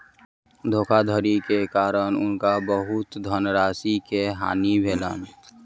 धोखाधड़ी के कारण हुनका बहुत धनराशि के हानि भेलैन